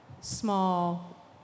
small